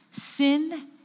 sin